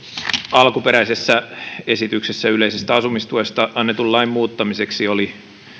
alkuperäisessä esityksessä yleisestä asumistuesta annetun lain muuttamiseksi oli